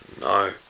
No